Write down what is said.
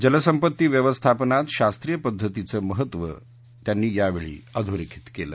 जलसंपत्ती व्यवस्थापनात शास्त्रीय पद्धतीचं महत्व त्यांनी यावेळी अधोरेखित केलं